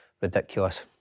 ridiculous